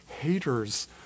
haters